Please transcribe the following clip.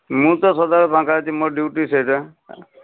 ମୁଁ ତ ସଦାବେଳେ ଫାଙ୍କା ଅଛି ମୋ ଡ୍ୟୁଟି ସେଇଟା